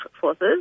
forces